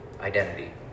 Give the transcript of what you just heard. identity